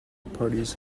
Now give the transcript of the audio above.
parties